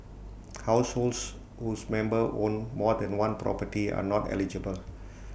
households whose members own more than one property are not eligible